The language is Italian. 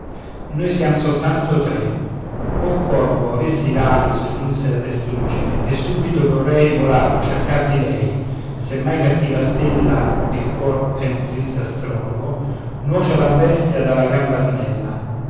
noi siam soltanto tre o corvo avessi l'ali soggiunse la testuggine e subito vorrei volar cercar di lei se mai cattiva stella il cor è un triste astrologo nuoce alla bestia dalla gamba snella